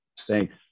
thanks